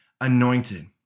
anointed